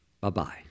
Bye-bye